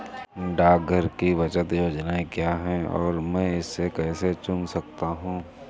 डाकघर की बचत योजनाएँ क्या हैं और मैं इसे कैसे चुन सकता हूँ?